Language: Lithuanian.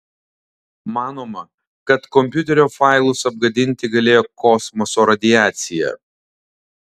manoma kad kompiuterio failus apgadinti galėjo kosmoso radiacija